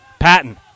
Patton